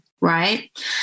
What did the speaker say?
right